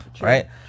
right